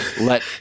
let